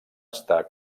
estar